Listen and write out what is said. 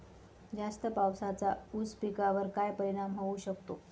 जास्त पावसाचा ऊस पिकावर काय परिणाम होऊ शकतो?